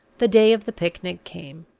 the day of the picnic came.